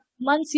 months